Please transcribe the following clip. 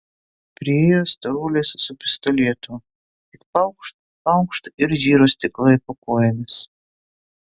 priėjo storulis su pistoletu tik paukšt paukšt ir žiro stiklai po kojomis